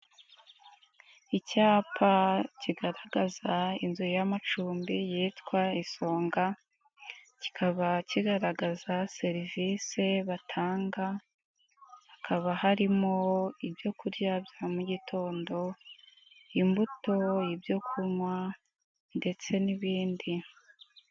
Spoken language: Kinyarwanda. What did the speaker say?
Icyapa kigaragaza inzu y'amacumbi yitwa Isonga, kikaba kigaragaza serivisi batanga hakaba harimo ibyo kurya bya mugitondo imbuto, ibyo kunywa ndetse n'ibindi.